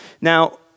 Now